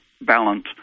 balance